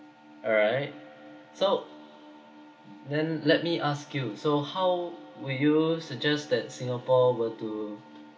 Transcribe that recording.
alright so then let me ask you so how would you suggest that singapore were to